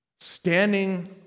standing